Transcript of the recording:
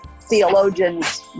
theologians